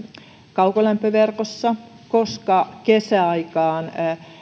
kaukolämpöverkossa koska kesäaikaan